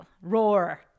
Roar